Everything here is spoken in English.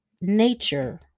nature